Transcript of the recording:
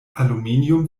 aluminium